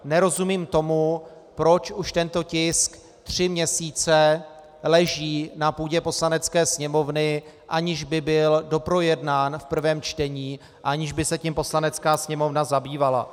Nerozumím tomu, proč už tento tisk tři měsíce leží na půdě Poslanecké sněmovny, aniž by byl doprojednán v prvém čtení, aniž by se tím Poslanecká sněmovna zabývala.